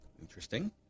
Interesting